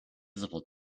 visible